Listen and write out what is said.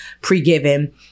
pre-given